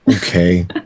okay